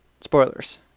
spoilers